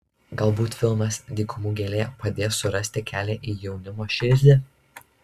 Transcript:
galbūt filmas dykumų gėlė padės surasti kelią į jaunimo širdį